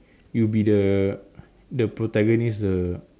you be the the protagonist the